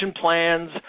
plans